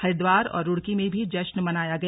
हरिद्वार और रूड़की में भी जश्न मनाया गया